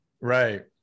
Right